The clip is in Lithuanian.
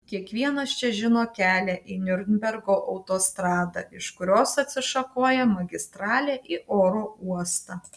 kiekvienas čia žino kelią į niurnbergo autostradą iš kurios atsišakoja magistralė į oro uostą